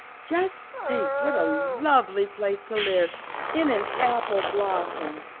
just think what a lovely place to live in an apple blossom!